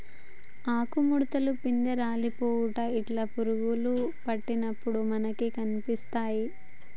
ఆకు ముడుతలు, పిందె రాలిపోవుట ఇట్లా పురుగులు పట్టినప్పుడు మనకు కనిపిస్తాయ్